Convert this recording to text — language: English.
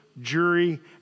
jury